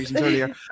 earlier